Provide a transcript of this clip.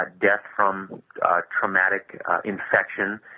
ah death from traumatic infection,